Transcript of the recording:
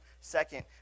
Second